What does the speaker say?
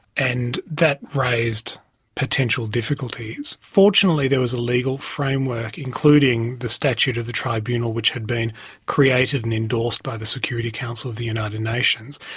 and that raised potential difficulties. fortunately there was a legal framework including the statute of the tribunal which has been created and endorsed by the security council of the united nations,